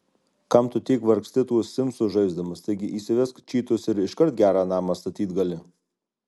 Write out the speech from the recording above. kam tu tiek vargsti tuos simsus žaisdamas taigi įsivesk čytus ir iškart gerą namą statyt gali